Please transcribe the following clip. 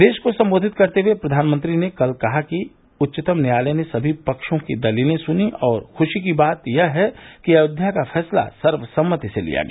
देश को सम्बोधित करते हुए प्रधानमंत्री ने कल कहा कि उच्चतम न्यायालय ने सभी पक्रों की दलीलें सुनी और यह खूशी की बात है कि अयोध्या का फैसला सर्वसम्मति से लिया गया